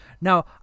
Now